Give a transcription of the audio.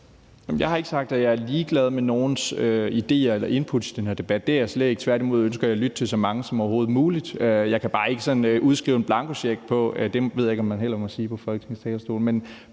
jeg har ikke sagt, at jeg er ligeglad med nogens idéer eller input til den her debat; det er jeg slet ikke. Tværtimod ønsker jeg at lytte til så mange som overhovedet muligt. Jeg kan bare ikke sådan udskrive en blankocheck – det ved jeg heller ikke om man må sige fra Folketingets talerstol